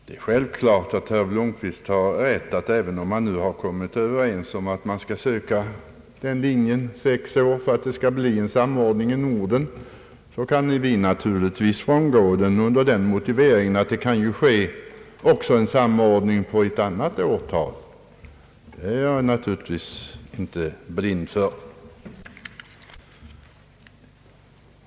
Det är självklart att herr Blomquist har rätt i att även om man kommit överens om att försöka följa linjen om sex år för att det skall bli en samordning i Norden, så kan vi naturligtvis frångå den linjen under motivering att det också kan bli samordning om ett annat antal år. Det är jag naturligtvis inte blind för.